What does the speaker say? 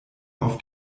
auf